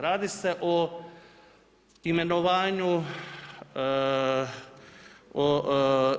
Radi se o